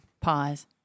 Pause